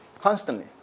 constantly